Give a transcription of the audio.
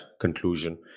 conclusion